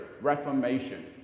reformation